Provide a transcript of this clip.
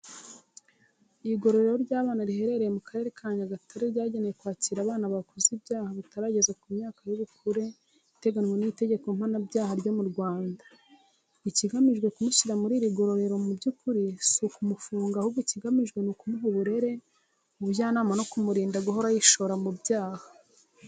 Igororero ry'abana riherereye mu Karere ka Nyagatare ryagenewe kwakira abana bakoze ibyaha batarageza ku myaka y'ubukure iteganywa n'itegeko mpananyaha ryo mu Rwanda. Ikigamijwe kumushyira muri iri gororero mu by’ukuri si ukumufunga ahubwo ikigamijwe ni ukumuha uburere, ubujyanama no kumurinda guhora yishora mu byaha.